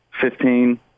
Fifteen